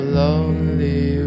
lonely